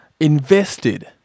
invested